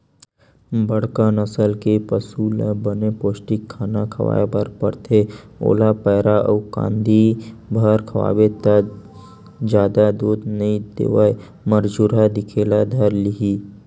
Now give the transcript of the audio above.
बड़का नसल के पसु ल बने पोस्टिक खाना खवाए बर परथे, ओला पैरा अउ कांदी भर खवाबे त जादा दूद नइ देवय मरझुरहा दिखे ल धर लिही